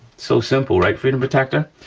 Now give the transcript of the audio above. so simple, right freedom protector?